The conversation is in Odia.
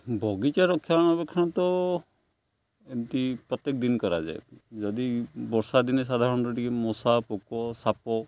ବଗିଚା ରକ୍ଷଣାବେକ୍ଷଣ ତ ଏମିତି ପ୍ରତ୍ୟେକ ଦିନ କରାଯାଏ ଯଦି ବର୍ଷା ଦିନେ ସାଧାରଣତଃ ଟିକିଏ ମଶା ପୋକ ସାପ